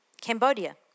Cambodia